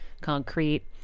Concrete